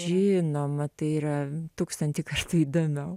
žinoma tai yra tūkstantį kartų įdomiau